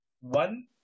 one